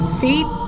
feet